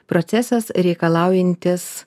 procesas reikalaujantis